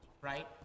right